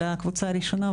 של הקבוצה הראשונה,